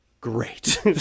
great